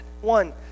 One